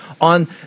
on